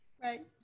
Right